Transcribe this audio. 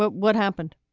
but what happened?